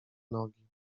nogi